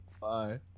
Bye